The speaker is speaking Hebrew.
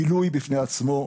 עילוי בפני עצמו.